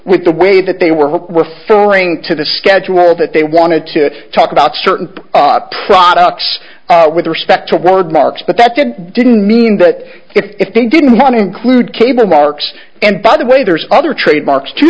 with the way that they were were filling to the schedule that they wanted to talk about certain products with respect to word marks but that said i didn't mean that if they didn't want to include cable marks and by the way there's other trademarks too